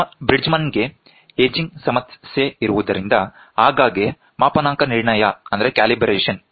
Bridgman ಗೆ ageing ಸಮಸ್ಯೆ ಇರುವುದರಿಂದ ಆಗಾಗ್ಗೆ ಮಾಪನಾಂಕ ನಿರ್ಣಯ ಅಗತ್ಯವಿರುತ್ತದೆ